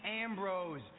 Ambrose